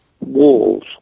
walls